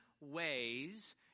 ways